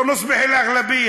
(אומר בערבית: